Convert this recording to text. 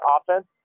offense